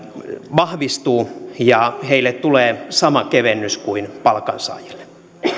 vahvistuu ja heille tulee sama kevennys kuin palkansaajille